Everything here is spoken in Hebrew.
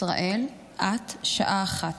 ישראל, את, שעה אחת.